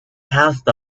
passed